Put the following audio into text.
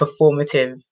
performative